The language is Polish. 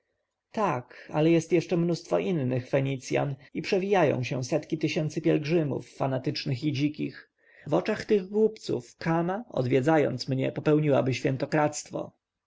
tak ale jest tu mnóstwo innych fenicjan i przewijają się setki tysięcy pielgrzymów fanatycznych i dzikich w oczach tych głupców kama odwiedzając mnie popełniłaby świętokradztwo